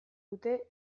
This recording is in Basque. dute